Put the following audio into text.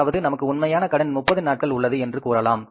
அதாவது நமக்கு உண்மையான கடன் 30 நாட்கள் உள்ளது என்று கூறலாம்